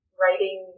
writing